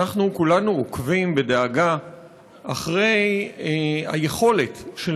אנחנו כולנו עוקבים בדאגה אחרי היכולת של